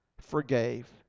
forgave